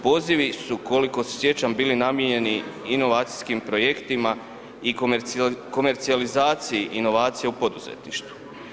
Pozivi su, koliko se sjećam, bili namijenjeni inovacijskim projektima i komercijalizaciji inovacija u poduzetništvu.